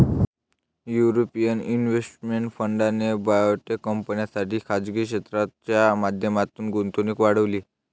European investment फंडाने biotech कंपन्यांसाठी खासगी क्षेत्राच्या माध्यमातून गुंतवणूक वाढवली